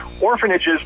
Orphanages